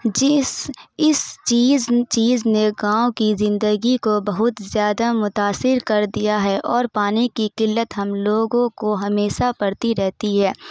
جس اس چیز چیز نے گاؤں کی زندگی کو بہت زیادہ متأثر کر دیا ہے اور پانی کی قلت ہم لوگوں کو ہمیشہ پڑتی رہتی ہے